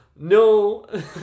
No